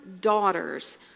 daughters